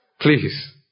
Please